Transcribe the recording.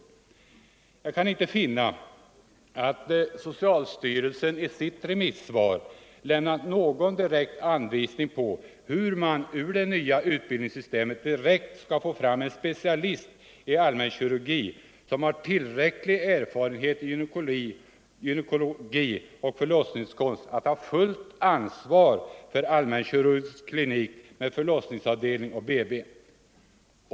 Onsdagen den Jag kan inte finna att socialstyrelsen i sitt remissvar lämnat någon 13 november 1974 direkt anvisning på hur man ur det nya utbildningssystemet direkt skall få fram en specialist i allmänkirurgi som har tillräcklig erfarenhet i gy = Tjänster för nekologi och förlossningskonst för att ta fullt ansvar för en allmänki = vidareutbildade rurgisk klinik med förlossningsavdelning och BB.